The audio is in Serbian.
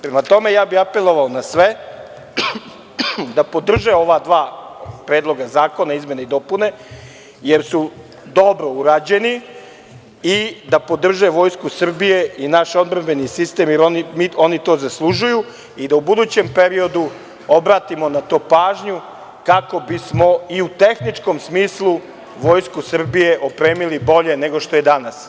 Prema tome, ja bih apelovao na sve da podrže ova dva predloga zakona, izmene i dopune, jer su dobro urađeni i da podrže Vojsku Srbije i naš odbrambeni sistem, jer oni to zaslužuju i da u budućem periodu obratimo na to pažnju kako bismo i u tehničkom smislu Vojsku Srbije opremili bolje nego što je danas.